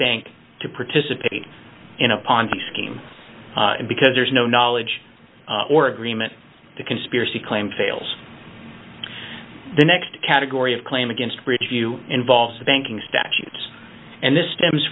bank to participate in a ponzi scheme because there is no knowledge or agreement the conspiracy claim fails the next category of claim against rich you involves the banking statutes and this stems